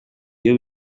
iyo